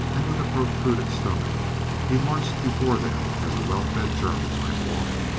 and with a protruded stomach he marched before them as a well-fed german might walk,